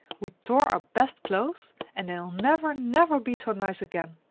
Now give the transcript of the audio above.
we tore our best clothes, and they'll never, never be so nice again.